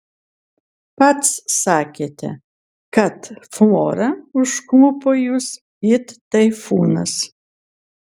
pats sakėte kad flora užklupo jus it taifūnas